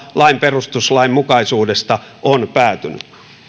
lain perustuslainmukaisuudesta on päätynyt